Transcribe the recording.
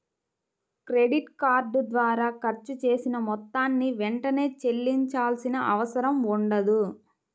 credit card ద్వారా ఖర్చు చేసిన మొత్తాన్ని వెంటనే చెల్లించాల్సిన అవసరం ఉండదు